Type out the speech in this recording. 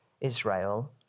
Israel